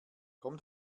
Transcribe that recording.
komm